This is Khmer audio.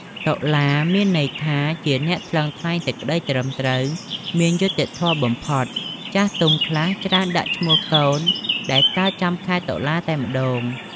តុលា មានន័យថា ជាអ្នកចេះថ្លឹងថ្លែងសេចក្តីត្រឹមត្រូវ មានយុត្តិធម៌បំផុត ចាស់ទុំខ្លះច្រើនដាក់ឈ្មោះកូនដែលកើតចំខែតុលាតែម្តង។